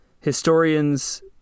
historians